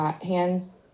hands